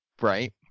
right